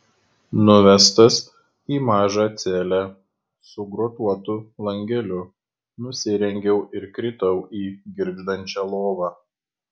nuvestas į mažą celę su grotuotu langeliu nusirengiau ir kritau į girgždančią lovą